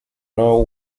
nord